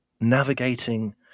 navigating